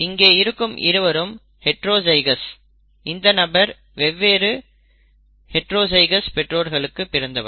இங்கே இருக்கும் இருவரும் ஹைட்ரோஜைகோஸ் இந்த நபர் வெவ்வேறு ஹைட்ரோஜைகோஸ் பெற்றோர்களுக்கு பிறந்தவர்